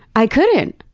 i couldn't.